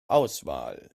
auswahl